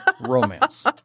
Romance